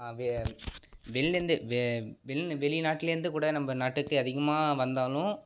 வெளில இருந்து வெளிநாட்டில இருந்து கூட நம்ம நாட்டுக்கு அதிகமாக வந்தாலும்